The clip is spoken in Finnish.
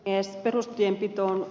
arvoisa puhemies